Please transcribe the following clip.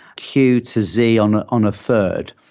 q to z on on a third.